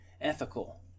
ethical